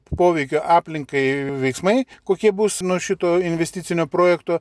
poveikio aplinkai veiksmai kokie bus nuo šitų investicinio projekto